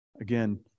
Again